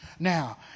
Now